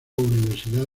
universidad